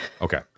Okay